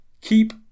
keep